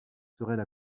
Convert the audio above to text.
seraient